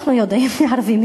אנחנו יודעים מי ערבי,